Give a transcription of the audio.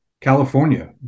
California